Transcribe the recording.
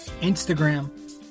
Instagram